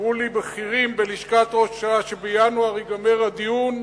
ואמרו לי בכירים בלשכת ראש הממשלה שבינואר ייגמר הדיון.